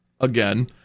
again